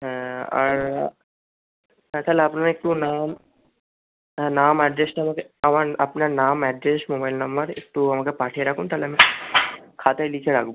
হ্যাঁ আর হ্যাঁ তাহলে আপনার একটু নাম হ্যাঁ নাম অ্যাড্রেসটা আমাকে আমার আপনার নাম অ্যাড্রেস মোবাইল নম্বর একটু আমাকে পাঠিয়ে রাখুন তাহলে আমি খাতায় লিখে রাখবো